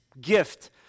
gift